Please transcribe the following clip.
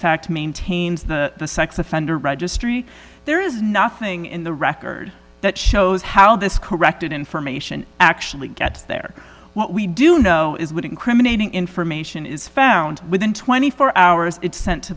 fact maintains the sex offender registry there is nothing in the record that shows how this corrected information actually gets there what we do know is what incriminating information is found within twenty four hours it's sent to